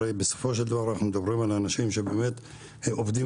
הרי בסופו של דבר אנחנו מדברים על אנשים שבאמת עובדים